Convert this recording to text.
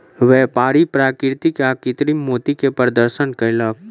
व्यापारी प्राकृतिक आ कृतिम मोती के प्रदर्शन कयलक